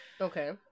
okay